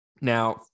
Now